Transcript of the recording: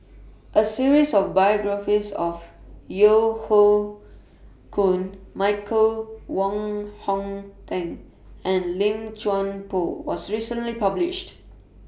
A series of biographies of Yeo Hoe Koon Michael Wong Hong Teng and Lim Chuan Poh was recently published